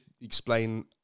explain